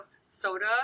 soda